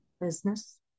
business